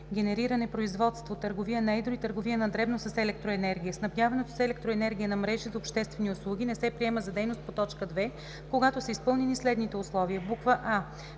генериране/производство, търговия на едро и търговия на дребно с електроенергия. Снабдяването с електроенергия нa мрежи зa обществени услуги не се приема за дейност по т. 2, когато са изпълнени следните условия: аа)